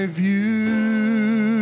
view